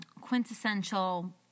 quintessential